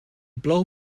plou